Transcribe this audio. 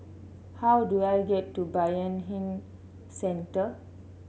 how do I get to Bayanihan Centre